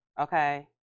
okay